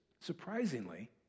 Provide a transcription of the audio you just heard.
surprisingly